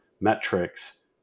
metrics